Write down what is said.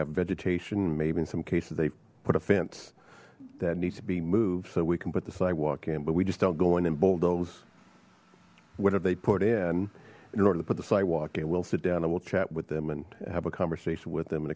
have vegetation maybe in some cases they put a fence that needs to be moved so we can put the sidewalk in but we just don't go in and bulldoze whatever they put in in order to put the sidewalk and we'll sit down and we'll chat with them and have a conversation with them and